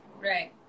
Right